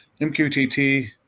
MQTT